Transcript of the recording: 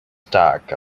stack